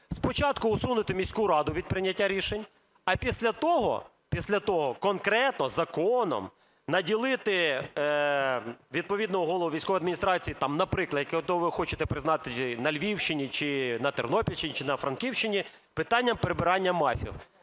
спочатку усунути міську раду від прийняття рішень, а після того конкретно законом наділити відповідного голову військової адміністрації, наприклад, якого ви хочете призначити на Львівщині, чи на Тернопільщині, чи на Франківщині, питанням прибирання МАФів?